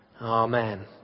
Amen